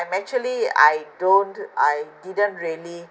I'm actually I don't I didn't really